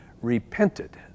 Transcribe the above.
repented